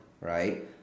right